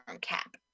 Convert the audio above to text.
cap